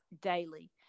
daily